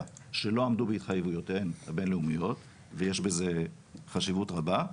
שלא עמדו בהתחייבותן הבין-לאומיות ויש בזה חשיבות רבה,